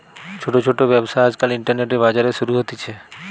ছোট ছোট ব্যবসা আজকাল ইন্টারনেটে, বাজারে শুরু হতিছে